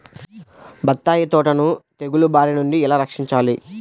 బత్తాయి తోటను తెగులు బారి నుండి ఎలా రక్షించాలి?